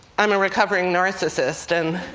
i'm a recovering narcissist. and